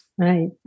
Right